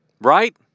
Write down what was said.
right